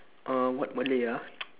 uh what malay ah